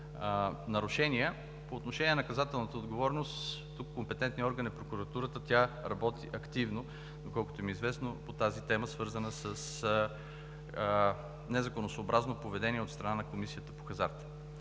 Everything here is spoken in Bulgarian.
нарушения, по отношение на наказателната отговорност тук компетентният орган е прокуратурата. Тя работи активно, доколкото ми е известно, по тази тема, свързана с незаконосъобразно поведение от страна на Комисията по хазарта.